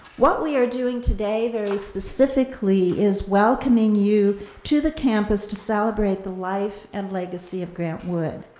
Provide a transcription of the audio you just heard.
what we are doing today very specifically is welcoming you to the campus to celebrate the life and legacy of grant wood.